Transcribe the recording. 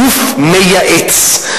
גוף מייעץ.